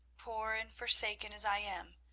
poor and forsaken as i am,